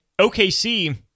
OKC